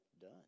done